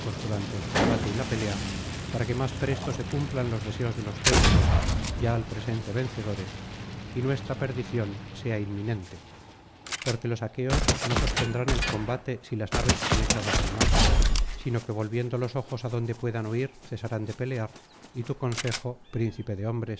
durante el combate y la pelea para que más presto se cumplan los deseos de los teucros ya al presente vencedores y nuestra perdición sea inminente porque los aqueos no sostendrán el combate si las naves son echadas al mar sino que volviendo los ojos adonde puedan huir cesarán de pelear y tu consejo príncipe de hombres